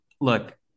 look